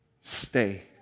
stay